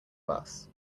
bus